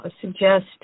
suggest